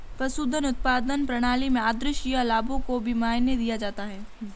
पशुधन उत्पादन प्रणाली में आद्रशिया लाभों को भी मायने दिया जाता है